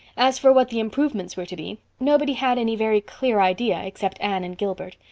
as for what the improvements were to be, nobody had any very clear idea except anne and gilbert.